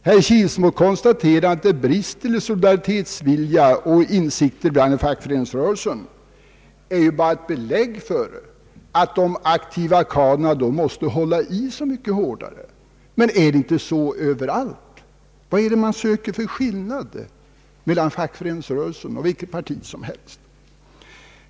Herr Kilsmo konstaterar att det brister i solidaritetsvilja och insikter inom fackföreningsrörelsen, men det är ju bara ett belägg för att de aktiva kadrerna måste ta i så mycket hårdare. Men är det inte så överallt? Vad skulle det finnas för skillnad mellan fackföreningsrörelsen och vilket parti som helst?